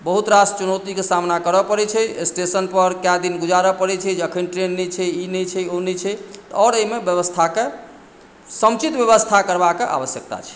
बहुत रास चुनौतीके सामना करय पड़ैत छै स्टेशनपर कए दिन गुजारय पड़ैत छै जे अखन ट्रेन नहि छै ई नहि छै ओ नहि छै तऽ आओर एहिमे व्यवस्थाके समुचित व्यवस्था करबाक आवश्यकता छै